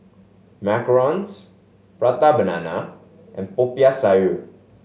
macarons Prata Banana and Popiah Sayur